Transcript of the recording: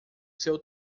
seu